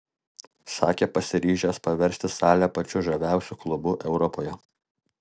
sakė pasiryžęs paversti salę pačiu žaviausiu klubu europoje